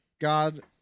God